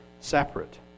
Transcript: separate